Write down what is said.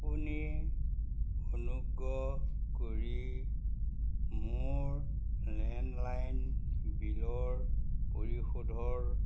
আপুনি অনুগ্ৰহ কৰি মোৰ লেণ্ডলাইন বিলৰ পৰিশোধৰ